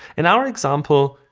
in our example,